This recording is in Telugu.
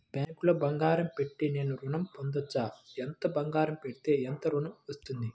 బ్యాంక్లో బంగారం పెట్టి నేను ఋణం పొందవచ్చా? ఎంత బంగారం పెడితే ఎంత ఋణం వస్తుంది?